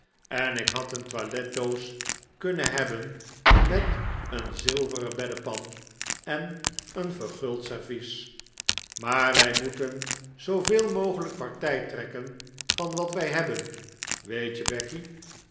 en ik had een toiletdoos kunnen hebben met een zilveren beddepan en een verguld servies maar wij moeten zooveel mogelijk partij trekken van wat wij hebben weet je becky